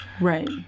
Right